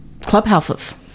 clubhouses